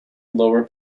lower